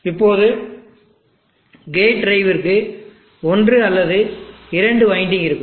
இப்போது கேட் டிரைவிற்கு ஒன்று அல்லது இரண்டு வைண்டிங் இருக்கும்